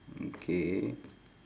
mm K